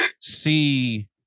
see